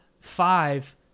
five